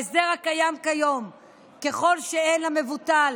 בהסדר הקיים, אם אין למבוטל